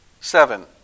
Seven